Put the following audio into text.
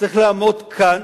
צריך לעמוד כאן